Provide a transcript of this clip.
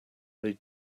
they